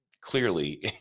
clearly